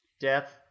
death